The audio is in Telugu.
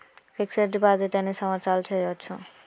ఫిక్స్ డ్ డిపాజిట్ ఎన్ని సంవత్సరాలు చేయచ్చు?